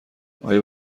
آیا